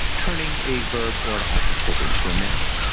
turning a verb or an adjective into a noun.